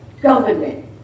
government